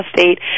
State